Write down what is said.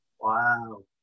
Wow